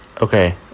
okay